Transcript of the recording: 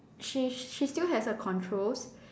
she's she still has her controls